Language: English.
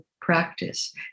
practice